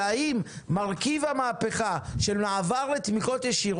כאלו שמועברות באמצעות השקעות ועוד.